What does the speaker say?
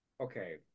Okay